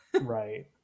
Right